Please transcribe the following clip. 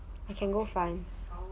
you can go find